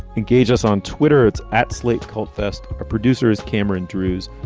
engage us on twitter. it's at slate called fest producers cameron drewes,